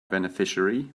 beneficiary